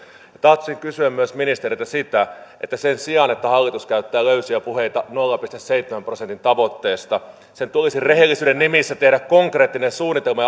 tahtoisin kysyä myös ministeriltä sen sijaan että hallitus käyttää löysiä puheita nolla pilkku seitsemän prosentin tavoitteesta sen tulisi rehellisyyden nimissä tehdä konkreettinen suunnitelma